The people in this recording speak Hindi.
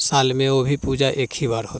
साल में वो भी पूजा एक ही बार होता है